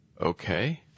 Okay